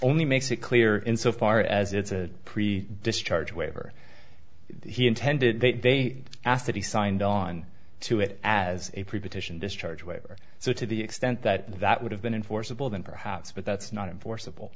only makes it clear in so far as it's a pre discharge waiver he intended they asked to be signed on to it as a preposition discharge waiver so to the extent that that would have been in forcible than perhaps but that's not enforceable